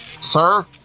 sir